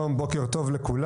שלום, בוקר טוב לכולם.